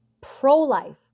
pro-life